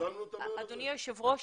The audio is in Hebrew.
אדוני היושב ראש,